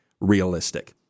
realistic